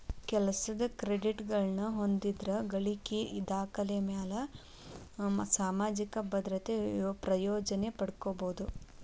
ಕೆಲಸದ್ ಕ್ರೆಡಿಟ್ಗಳನ್ನ ಹೊಂದಿದ್ರ ಗಳಿಕಿ ದಾಖಲೆಮ್ಯಾಲೆ ಸಾಮಾಜಿಕ ಭದ್ರತೆ ಪ್ರಯೋಜನ ಪಡ್ಕೋಬೋದು